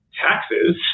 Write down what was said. taxes